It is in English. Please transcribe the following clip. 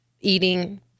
eating